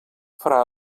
fra